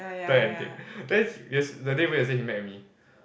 and take that day yesterday he met with me